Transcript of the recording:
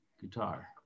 guitar